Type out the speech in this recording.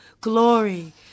glory